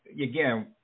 again